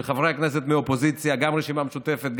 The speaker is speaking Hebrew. של חברי הכנסת מהאופוזיציה גם הרשימה המשותפת,